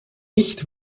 nicht